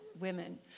women